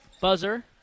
buzzer